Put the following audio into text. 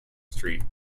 street